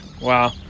Wow